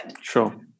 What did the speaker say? Sure